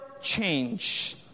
change